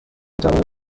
توانم